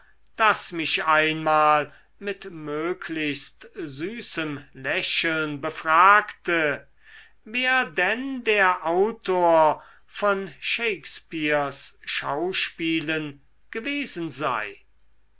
das mich einmal mit möglichst süßem lächeln befragte wer denn der autor von shakespeares schauspielen gewesen sei